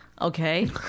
Okay